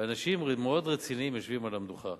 ואנשים מאוד רציניים יושבים על המדוכה,